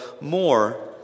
more